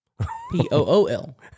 P-O-O-L